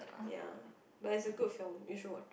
ya but it's a good film you should watch